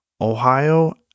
Ohio